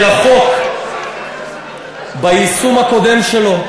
של החוק ביישום הקודם שלו,